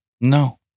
no